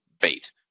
bait